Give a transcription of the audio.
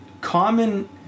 common